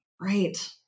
Right